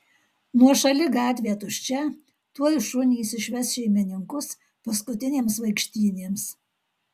nuošali gatvė tuščia tuoj šunys išves šeimininkus paskutinėms vaikštynėms